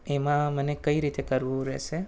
એમાં મને કઈ રીતે કરવું રહેશે